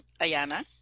Ayana